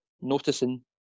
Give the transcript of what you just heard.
noticing